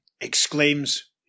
exclaims